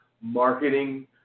marketing